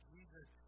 Jesus